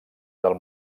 del